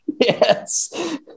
Yes